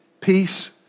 peace